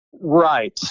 Right